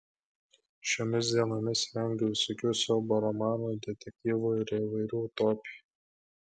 šiomis dienomis vengiu visokių siaubo romanų detektyvų ir įvairių utopijų